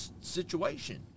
situation